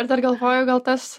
ir dar galvoju gal tas